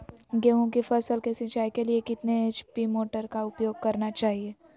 गेंहू की फसल के सिंचाई के लिए कितने एच.पी मोटर का उपयोग करना चाहिए?